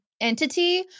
entity